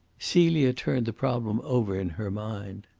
celia turned the problem over in her mind.